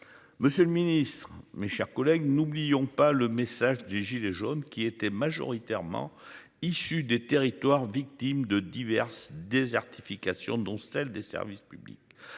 Monsieur le Ministre, mes chers collègues, n'oublions pas le message des gilets jaunes qui était majoritairement issus des territoires victime de diverses désertification dont celle des services publics,